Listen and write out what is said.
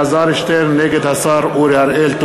הכנסת אלעזר שטרן נגד השר אורי אריאל.